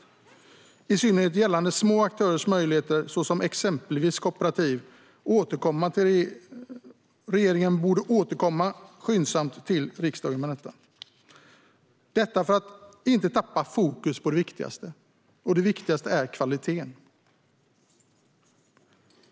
Detta gäller i synnerhet små aktörers möjligheter, såsom kooperativ. För att inte tappa fokus på det viktigaste, alltså kvaliteten, borde regeringen skyndsamt återkomma till riksdagen med detta.